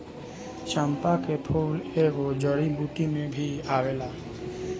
चंपा के फूल एगो जड़ी बूटी में भी आवेला